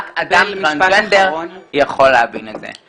רק אדם טרנסג'נדר יכול להבין את זה.